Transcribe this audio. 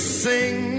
sing